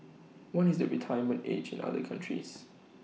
what is the retirement age in other countries